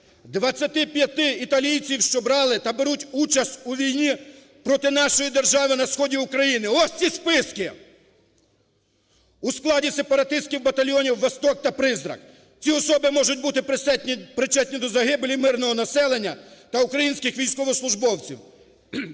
25 італійців, що брали та беруть участь у війні проти нашої держави на сході України. Ось ці списки! У складі сепаратистських батальйонів "Восток" та "Призрак". Ці особи можуть бути причетні до загибелі мирного населення та українських військовослужбовців.